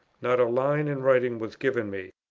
not a line in writing was given me,